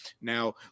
now